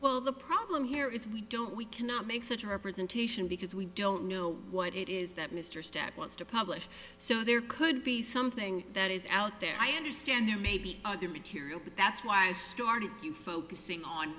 well the problem here is we don't we cannot make such representation because we don't know what it is that mr step wants to publish so there could be something that is out there i understand there may be other material but that's why i started you focusing on